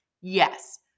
Yes